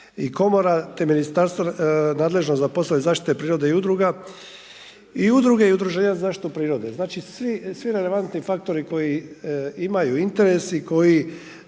i komora te ministarstvo nadležno za poslove zaštite prirode i udruga i udruge i udruženja za zaštitu prirode. Znači svi relevantni faktori koji imaju interes i koji